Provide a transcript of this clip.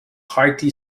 hearty